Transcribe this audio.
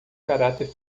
caráter